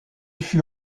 fut